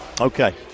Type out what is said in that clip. Okay